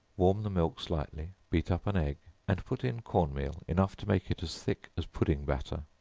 warm the milk slightly, beat up an egg, and put in corn meal enough to make it as thick as pudding batter,